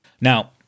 Now